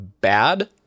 bad